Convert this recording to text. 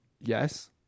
Yes